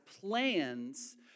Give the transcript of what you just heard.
plans